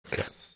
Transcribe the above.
yes